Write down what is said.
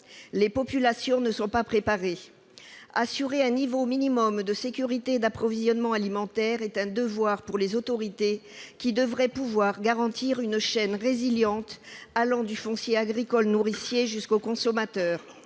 Les populations ne sont pas préparées. Assurer un niveau minimum de sécurité d'approvisionnement alimentaire est un devoir pour les autorités, qui devraient pouvoir garantir une chaîne résiliente allant du foncier agricole nourricier jusqu'au consommateur.